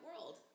world